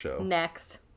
Next